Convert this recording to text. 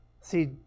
See